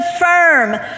firm